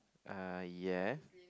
uh yeah